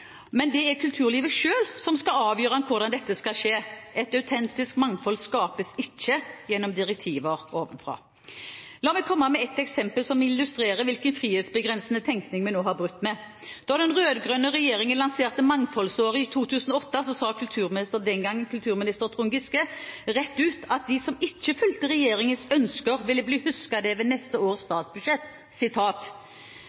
men det er kulturlivet selv som skal avgjøre hvordan dette skal skje. Et autentisk mangfold skapes ikke gjennom direktiver ovenfra. La meg komme med et eksempel som illustrerer hvilken frihetsbegrensende tenkning vi nå har brutt med: Da den rød-grønne regjeringen lanserte Mangfoldsåret i 2008, sa daværende kulturminister, Trond Giske, rett ut at de som ikke fulgte regjeringens ønsker, ville bli husket ved neste års